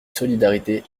solidarité